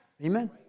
Amen